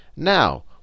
Now